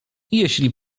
jeśli